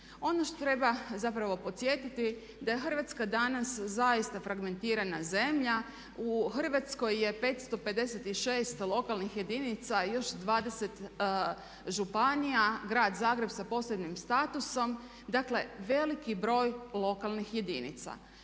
Ono što treba zapravo podsjetiti da je Hrvatska danas zaista fragmentirana zemlja. U Hrvatskoj je 556 lokalnih jedinica i još 20 županija, grad Zagreb sa posebnim statusom, dakle veliki broj lokalnih jedinica.